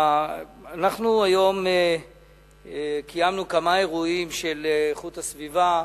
היום קיימנו כמה אירועים בנושא איכות הסביבה.